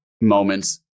moments